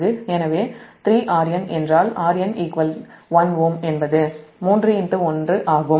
எனவே 3Rn என்றால் Rn 1Ω என்பது 31 ஆகும்